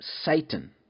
Satan